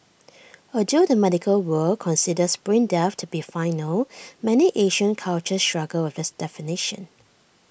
although the medical world considers brain death to be final many Asian cultures struggle with this definition